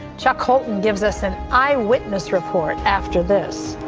chuck holton gives us an eyewitness report after this.